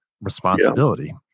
responsibility